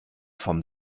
vom